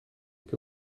que